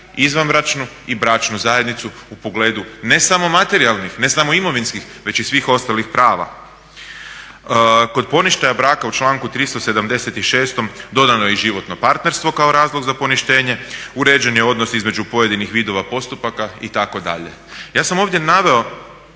izvanbračnu i bračnu zajednicu u pogledu ne samo materijalnih, ne samo imovinskih, već i svih ostalih prava. Kod poništaja braka u članku 376. dodano je i životno partnerstvo kao razlog za poništenje, uređen je odnos između pojedinih vidova postupaka itd. Ja sam ovdje naveo